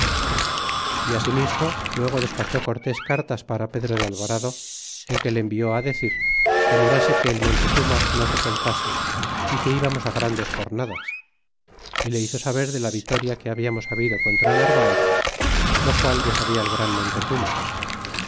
y asimismo luego despachó cortés cartas para pedro de alvarado en que le envió decir que mirase que el iviontezuma no se soltase é que íbamos grandes jornadas y le hizo saber de la vitoria que hablamos habido contra narvaez lo qual ya sabia cl gran montezuma